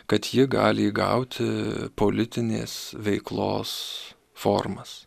kad ji gali įgauti politinės veiklos formas